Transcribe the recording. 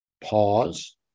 pause